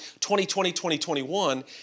2020-2021